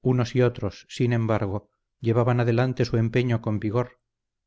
unos y otros sin embargo llevaban adelante su empeño con vigor